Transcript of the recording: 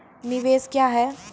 निवेश क्या है?